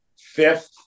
fifth